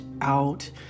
out